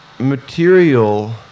Material